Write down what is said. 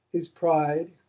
his pride,